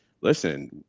listen